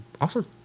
awesome